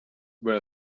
were